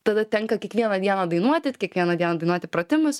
tada tenka kiekvieną dieną dainuoti kiekvieną dieną dainuoti pratimus